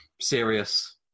serious